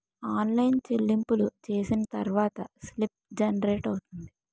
online చెల్లింపులు చేసిన తర్వాత స్లిప్ జనరేట్ అవుతుంది